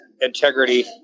integrity